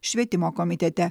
švietimo komitete